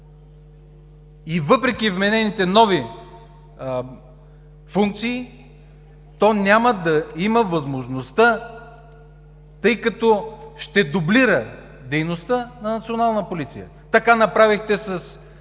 въпреки вменените нови функции, то няма да има възможността, тъй като ще дублира дейността на Националната полиция. Така направихте с